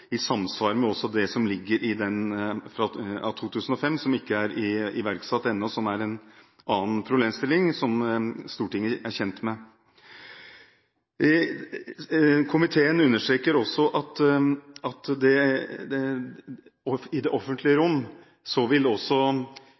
i samsvar med det som ligger i straffeloven av 2005, som ikke er iverksatt ennå. Det er en annen problemstilling, som Stortinget er kjent med. Komiteen understreker at i det offentlige rom vil også ytringer som er framsatt på Internett – selv om det